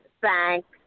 thanks